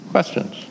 Questions